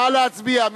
נא להצביע.